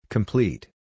Complete